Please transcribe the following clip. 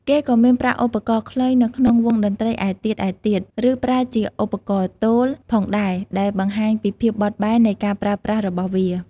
គេក៏មានប្រើឧបករណ៍ខ្លុយនៅក្នុងវង់តន្ត្រីឯទៀតៗ ឬប្រើជាឧបករណ៍ទោលផងដែរដែលបង្ហាញពីភាពបត់បែននៃការប្រើប្រាស់របស់វា។